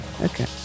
Okay